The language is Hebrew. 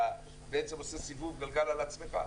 אתה עושה סיבוב גלגל על עצמך.